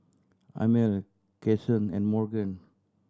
Amil Cason and Morgan